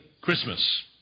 Christmas